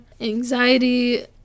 anxiety